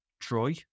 Troy